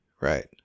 right